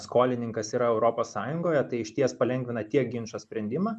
skolininkas yra europos sąjungoje tai išties palengvina tiek ginčo sprendimą